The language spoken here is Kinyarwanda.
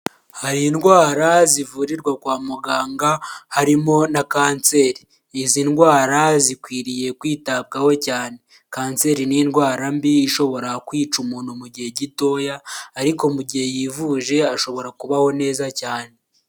Hari indwara zivurirwa kwa muganga harimo na kanseri, izi ndwara zikwiriye kwitabwaho cyane, kanseri n'indwara mbi ishobora kwica umuntu mu gihe gitoya ariko mu gihe yivuje ashobora kubaho neza cyane.